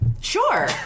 Sure